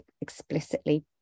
explicitly